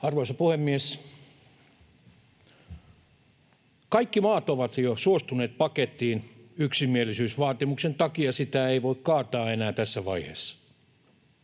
Arvoisa puhemies! Kaikki maat ovat jo suostuneet pakettiin. Yksimielisyysvaatimuksen takia sitä ei voi kaataa enää tässä vaiheessa.